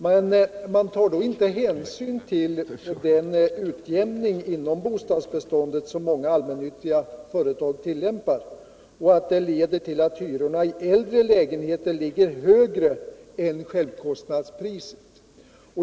Men man tar då inte hänsyn till den utjämning inom bostadsbeståndet som många allmännyttiga företag tillämpar och att detta leder till att hyrorna för äldre lägenheter ligger högre än ”självkostnadspriset”.